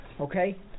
Okay